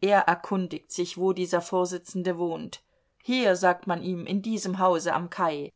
er erkundigt sich wo dieser vorsitzende wohnt hier sagt man ihm in diesem hause am kai